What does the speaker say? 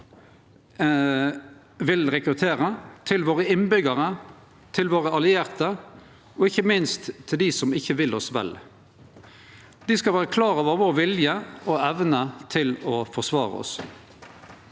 vil rekruttere, til innbyggjarane våre, til våre allierte og ikkje minst til dei som ikkje vil oss vel. Dei skal vere klare over vår vilje og evne til å forsvare oss.